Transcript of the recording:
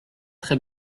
très